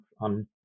on